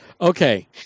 Okay